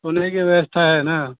سونے کی ویوستھا ہے نا